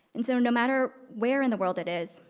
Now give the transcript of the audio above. and so no matter where in the world it is,